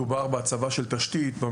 וכולי.